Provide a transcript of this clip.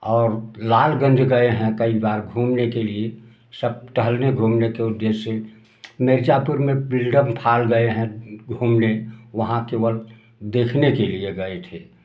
और लालगंज गए हैं कई बार घूमने के लिए सब टहलने घूमने के उद्देश्य से मिर्ज़ापुर में बिल्डमफाल गए हैं घूमने वहाँ केवल देखने के लिए गए थे